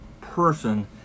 person